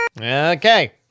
Okay